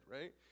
right